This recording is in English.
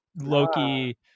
Loki